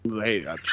hey